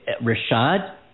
Rashad